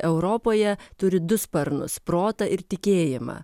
europoje turi du sparnus protą ir tikėjimą